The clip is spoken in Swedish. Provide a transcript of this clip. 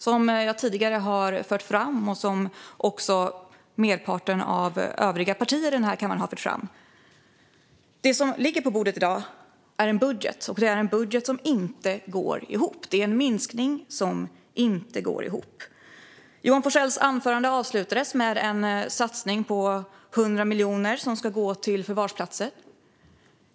Som både jag och merparten av övriga partier här i kammaren har fört fram tidigare går dock den budget som ligger på bordet i dag inte ihop. Minskningen går inte ihop. Johan Forssell avslutade sitt anförande med att tala om en satsning på 100 miljoner som ska gå till förvarsplatser.